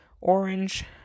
orange